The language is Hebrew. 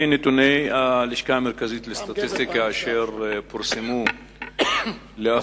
על-פי נתוני הלשכה המרכזית לסטטיסטיקה אשר פורסמו לאחרונה,